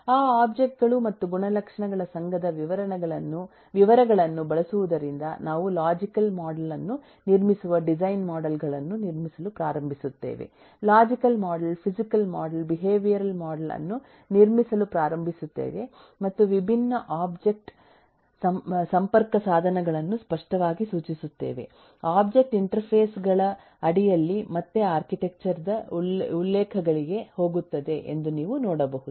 ಆ ಒಬ್ಜೆಕ್ಟ್ ಗಳು ಮತ್ತು ಗುಣಲಕ್ಷಣಗಳ ಸಂಘದ ವಿವರಗಳನ್ನು ಬಳಸುವುದರಿಂದ ನಾವು ಲಾಜಿಕಲ್ ಮಾಡೆಲ್ ಅನ್ನು ನಿರ್ಮಿಸುವ ಡಿಸೈನ್ ಮಾಡೆಲ್ ಗಳನ್ನು ನಿರ್ಮಿಸಲು ಪ್ರಾರಂಭಿಸುತ್ತೇವೆ logical model physical model behavioural model ಅನ್ನು ನಿರ್ಮಿಸಲು ಪ್ರಾರಂಭಿಸುತ್ತೇವೆ ಮತ್ತು ವಿಭಿನ್ನ ಒಬ್ಜೆಕ್ಟ್ ಸಂಪರ್ಕಸಾಧನಗಳನ್ನು ಸ್ಪಷ್ಟವಾಗಿ ಸೂಚಿಸುತ್ತೇವೆ ಒಬ್ಜೆಕ್ಟ್ ಇಂಟರ್ಫೇಸ್ ಗಳ ಅಡಿಯಲ್ಲಿ ಮತ್ತೆ ಆರ್ಕಿಟೆಕ್ಚರ್ ದ ಉಲ್ಲೇಖಗಳಿಗೆ ಹೋಗುತ್ತದೆ ಎಂದು ನೀವು ನೋಡಬಹುದು